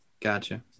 Gotcha